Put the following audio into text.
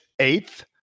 eighth